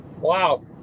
Wow